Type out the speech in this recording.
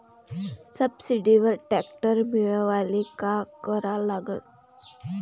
सबसिडीवर ट्रॅक्टर मिळवायले का करा लागन?